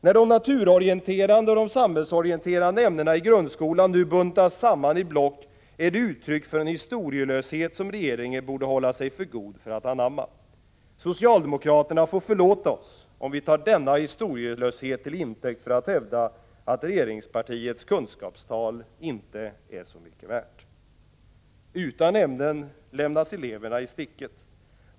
När de naturorienterande och de samhällsorienterande ämnena i grundskolan nu buntas samman i block är det uttryck för en historielöshet som regeringen borde hålla sig för god för att anamma. Socialdemokraterna får förlåta oss om vi tar denna historielöshet till intäkt för att hävda att regeringspartiets kunskapstal inte är så mycket värt. Utan ämnen lämnas eleverna i sticket.